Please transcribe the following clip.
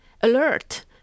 alert